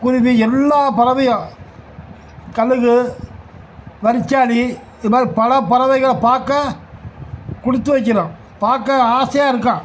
குருவி எல்லா பறவையும் கழுகு வரிச்சாளி இது மாதிரி பல பறவைகளை பார்க்க கொடுத்து வைக்கணும் பார்க்க ஆசையாக இருக்கும்